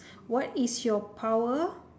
what is your power